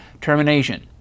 termination